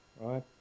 Right